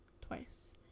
twice